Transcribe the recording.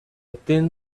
thin